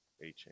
A-Chain